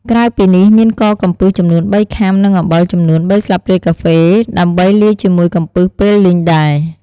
ក្រៅពីនេះមានក៏កំពឹសចំនួនបីខាំ និងអំបិលចំនួនបីសា្លបព្រាកាហ្វេ ដើម្បីលាយជាមួយកំពឹសពេលលីងដែរ។